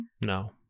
No